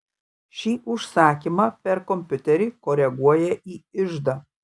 ši užsakymą per kompiuterį koreguoja į iždą